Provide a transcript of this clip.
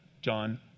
john